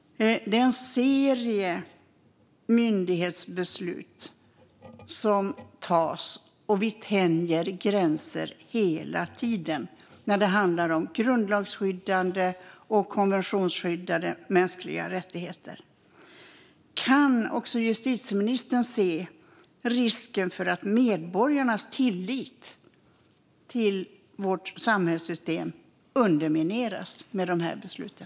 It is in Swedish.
Det är en serie myndighetsbeslut som fattas, och vi tänjer gränser hela tiden när det handlar om grundlagsskyddade och konventionsskyddade mänskliga rättigheter. Kan också justitieministern se att det finns en risk för att medborgarnas tillit till vårt samhällssystem undermineras av besluten?